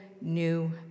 new